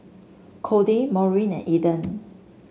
Cody Maureen and Eden